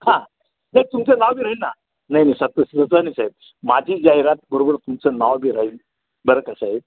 हां नाही तुमचं नाव बी राहील ना नाही नाही साहेब माझी जाहिरात बरोबर तुमचं नाव बी राहील बरं का साहेब